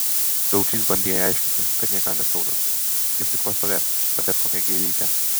gaučys bandė jai aiškinti kad nieko jam neskauda juk tik pastovės padės kokią gėlytę